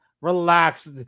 Relax